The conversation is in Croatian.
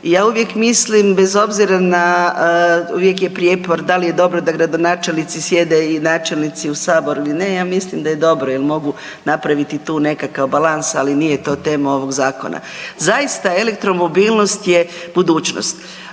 Ja uvijek mislim bez obzira, uvijek je prijepor da li je dobro da gradonačelnici sjede i načelnici u saboru ili ne, ja mislim da je dobro jer mogu napraviti tu nekakav balas ali nije to tema ovog zakona. Zaista elektromobilnost je budućnost.